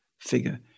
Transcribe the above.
Figure